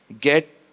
get